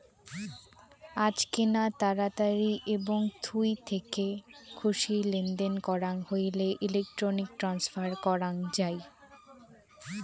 আজকেনা তাড়াতাড়ি এবং থুই থেকে খুশি লেনদেন করাং হইলে ইলেক্ট্রনিক ট্রান্সফার করাং যাই